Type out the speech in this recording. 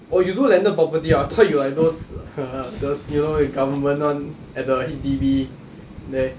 oh you do landed property ah I thought you like those the the government [one] at the H_D_B there